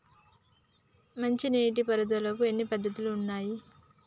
మంచి నీటి పారుదలకి ఎన్ని పద్దతులు ఉన్నాయి?